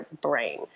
brain